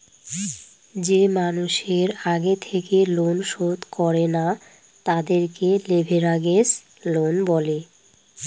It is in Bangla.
যে মানুষের আগে থেকে লোন শোধ করে না, তাদেরকে লেভেরাগেজ লোন বলে